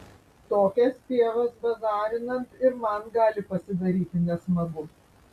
tokias pievas bazarinant ir man gali pasidaryti nesmagu